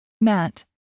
Matt